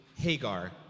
Hagar